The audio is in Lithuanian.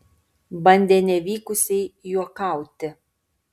bandė nevykusiai juokauti